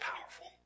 powerful